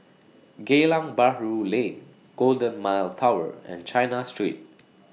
Geylang Bahru Lane Golden Mile Tower and China Street